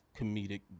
comedic